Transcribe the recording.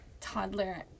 toddler